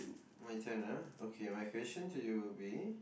my turn ah okay my question to you will be